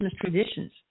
traditions